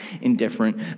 indifferent